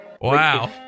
Wow